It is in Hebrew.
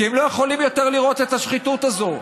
כי הם לא יכולים יותר לראות את השחיתות הזאת,